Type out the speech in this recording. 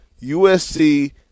USC